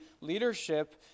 leadership